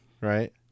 right